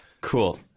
Cool